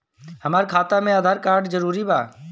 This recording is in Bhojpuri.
हमार खाता में आधार कार्ड जरूरी बा?